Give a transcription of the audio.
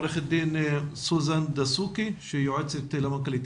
עורכת דין סוזאן דסוקי שהיא יועצת למנכ"לית.